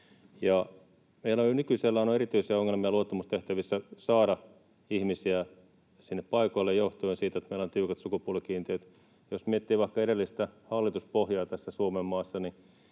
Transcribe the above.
Meillä on jo nykyisellään erityisiä ongelmia luottamustehtävissä saada ihmisiä sinne paikoille johtuen siitä, että meillä on tiukat sukupuolikiintiöt. Jos miettii vaikka edellistä hallituspohjaa tässä Suomenmaassa,